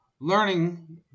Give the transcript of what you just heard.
Learning